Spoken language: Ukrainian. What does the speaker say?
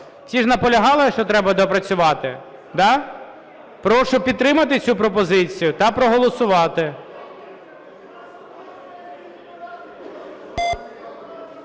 Всі ж наполягали, що треба доопрацювати, да? Прошу підтримати цю пропозицію та проголосувати.